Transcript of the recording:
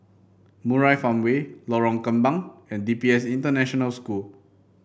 Murai Farmway Lorong Kembang and D P S International School